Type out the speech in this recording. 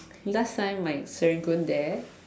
last time my Serangoon there